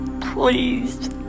please